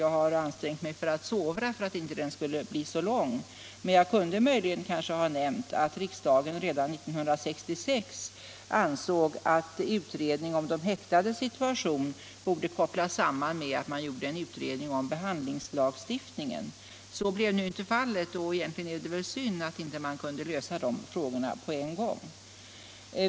Jag har ansträngt mig att sovra för att den inte skulle bli så lång, men jag kunde möjligen ha nämnt att riksdagen redan 1966 ansåg att en utredning om de häktades situation borde kopplats samman med en utredning om behandlingslagstiftningen. Så blev nu inte fallet, och egentligen är det att beklaga att man inte kunde lösa de frågorna på en gång.